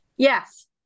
Yes